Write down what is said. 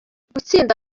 gutsinda